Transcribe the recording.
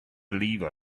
believe